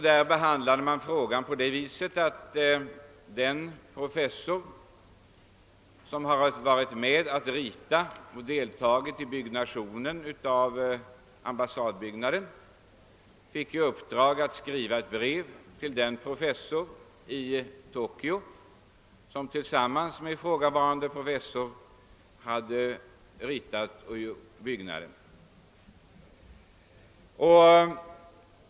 Där behandlade man frågan på det sättet att en professor, som varit med om att rita och uppföra ambassadbyggnaden, fick i uppdrag att skriva ett brev till en annan professor i Tokyo, som hade biträtt vid ritningsarbetet och materialval.